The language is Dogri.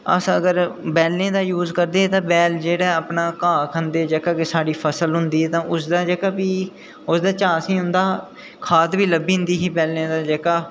अस अगर बैलें दा यूज़ करदे ते बैल जेह्का अपने घाऽ खंदे जेह्का साढ़ी फसल होंदी ओह्दा भी उस चा असेंगी उं'दा खाद बी लब्भी जंदा हा पैह्लें जेह्का